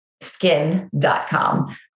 skin.com